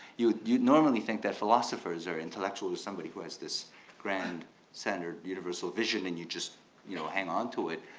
you do normally think that philosophers are intellectual, somebody who has this grand centered universal vision and you just you know hang on to it,